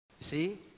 see